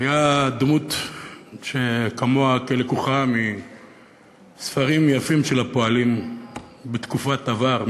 היה דמות שכמו הייתה לקוחה מספרים יפים של הפועלים בתקופת עבר,